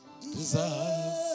Deserve